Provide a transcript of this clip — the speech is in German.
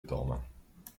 daumen